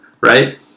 right